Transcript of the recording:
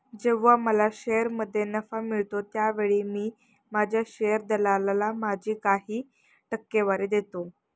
जेव्हा मला शेअरमध्ये नफा मिळतो त्यावेळी मी माझ्या शेअर दलालाला माझी काही टक्केवारी देतो